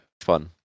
fun